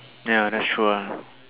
ya that's true ah